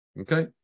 Okay